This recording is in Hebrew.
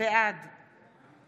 בעד